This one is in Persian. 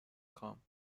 خوام